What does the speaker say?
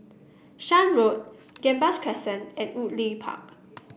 Shan Road Gambas Crescent and Woodleigh Park